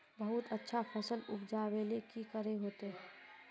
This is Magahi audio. बहुत अच्छा फसल उपजावेले की करे होते?